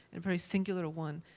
a very singular one,